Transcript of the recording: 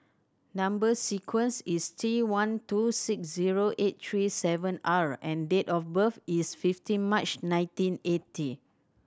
number sequence is T one two six zero eight three seven R and date of birth is fifteen March nineteen eighty